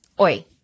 Oi